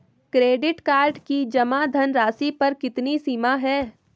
Credit card की जमा धनराशि पर कितनी सीमा है?